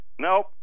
Nope